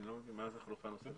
אני לא מבין מה זה חלופה נוספת.